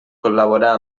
col·laborar